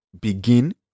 begin